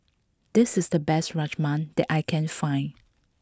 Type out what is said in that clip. this is the best Rajma that I can find